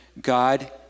God